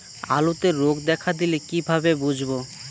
আলুতে রোগ দেখা দিলে কিভাবে বুঝবো?